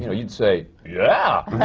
you know you'd say, yeah!